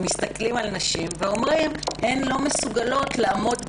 להסתכל על נשים ולומר שהן לא מסוגלות לעמוד בדרישה,